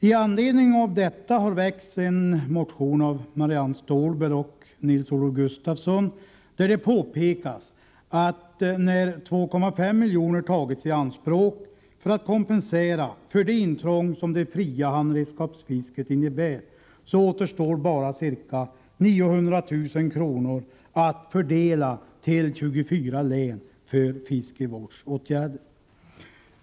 I anledning av detta har Marianne Stålberg och Nils-Olof Gustafsson väckt en motion, där de påpekar att det när 2,5 milj.kr. tagits i anspråk för att kompensera för de intrång som det fria handredskapsfisket innebär bara återstår ca 900 000 kr. att fördela till 24 län för fiskevårdsåtgärder.